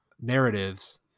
narratives